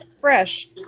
fresh